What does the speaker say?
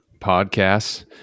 podcasts